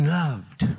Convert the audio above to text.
loved